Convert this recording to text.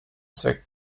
zweck